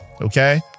Okay